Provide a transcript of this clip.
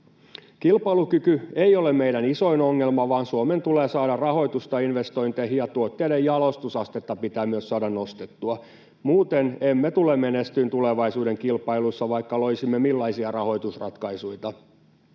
Kilpailukyky ei ole meidän isoin ongelma, vaan Suomen tulee saada rahoitusta investointeihin, ja tuotteiden jalostusastetta pitää myös saada nostettua. Muuten emme tule menestymään tulevaisuuden kilpailuissa, vaikka loisimme millaisia rahoitusratkaisuita.